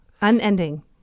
Unending